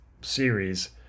series